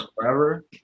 forever